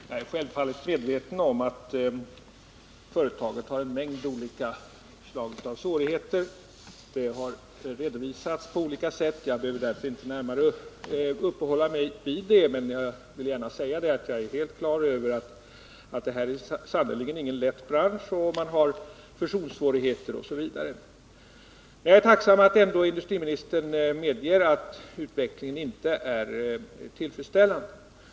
Herr talman! Jag är självfallet medveten om att företaget har olika slag av svårigheter. Det har redovisats på olika sätt, och jag behöver därför inte närmare uppehålla mig vid det. Men jag vill gärna säga att jag är helt klar över att detta sannerligen inte är någon lätt bransch, att man har fusionssvårigheter osv. Jag är tacksam att industriministern ändå medger att utvecklingen inte är tillfredsställande.